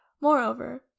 Moreover